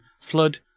Flood